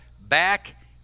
back